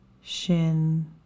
Shin